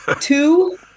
two-